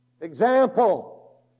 example